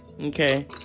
okay